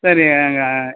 sir அங்கே